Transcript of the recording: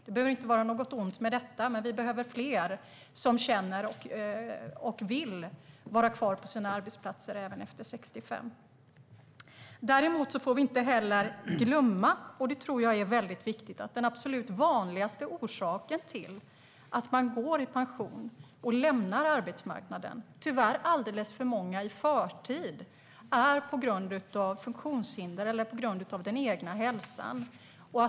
Det behöver inte vara något ont med det, men vi behöver fler som känner att de kan och vill vara kvar på sina arbetsplatser även efter 65. Däremot får vi inte glömma - och det tror jag är väldigt viktigt - att den absolut vanligaste orsaken till att man går i pension och lämnar arbetsmarknaden, vilket tyvärr alldeles för många gör i förtid, är funktionshinder eller den egna hälsan.